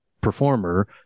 performer